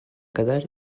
kadar